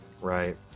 right